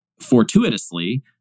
fortuitously